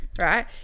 right